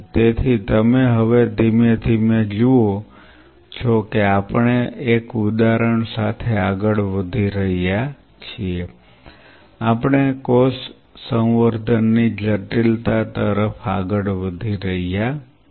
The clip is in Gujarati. તેથી તમે હવે ધીમે ધીમે જુઓ છો કે આપણે એક ઉદાહરણ સાથે આગળ વધી રહ્યા છીએ આપણે કોષ સંવર્ધન ની જટિલતા તરફ આગળ વધી રહ્યા છીએ